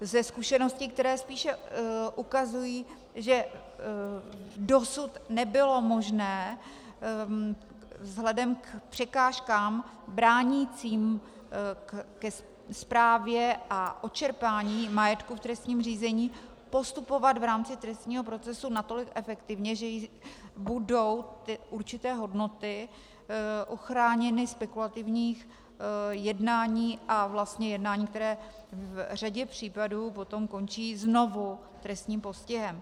Ze zkušeností, které spíše ukazují, že dosud nebylo možné vzhledem k překážkám bránícím správě a odčerpání majetku v trestním řízení postupovat v rámci trestního procesu natolik efektivně, že budou určité hodnoty uchráněny spekulativních jednání a vlastně jednání, která v řadě případů potom končí znovu trestním postihem.